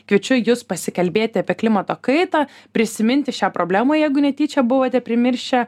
kviečiu jus pasikalbėti apie klimato kaitą prisiminti šią problemą jeigu netyčia buvote primiršę